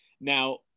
Now